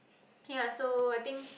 ya so I think